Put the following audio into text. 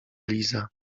liza